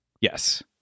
Yes